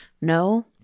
no